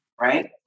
right